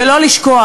ולא לשכוח: